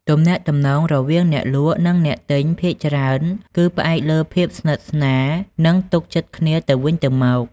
ទំនាក់ទំនងរវាងអ្នកលក់និងអ្នកទិញភាគច្រើនគឺផ្អែកលើភាពស្និទ្ធស្នាល និងទុកចិត្តគ្នាទៅវិញទៅមក។